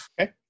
Okay